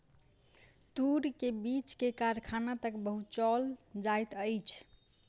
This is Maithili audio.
तूर के बीछ के कारखाना तक पहुचौल जाइत अछि